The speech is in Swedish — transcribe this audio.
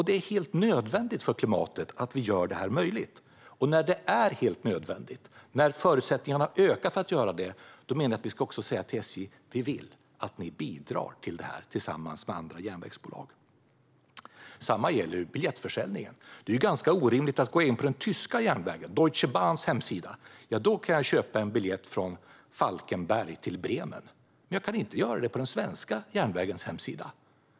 Det är helt nödvändigt för klimatet att vi gör detta möjligt, och när det är helt nödvändigt och förutsättningarna ökar för att göra det ska vi också säga till SJ att vi vill att SJ bidrar till detta tillsammans med andra järnvägsbolag. Detsamma gäller biljettförsäljningen. Det är ganska orimligt att jag kan köpa en biljett från Falkenberg till Bremen på den tyska järnvägen Deutsche Bahns hemsida men inte på SJ:s hemsida.